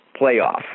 playoff